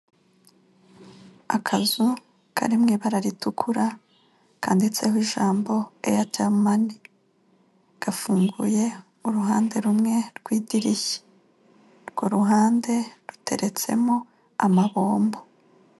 Akazu kari mu ibara ritukura, kanditseho ijambo AIRTEL mani, gafunguye uruhande rumwe, rw'idirishya, urwo ruhande ruteretsemo amabombo.